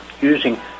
using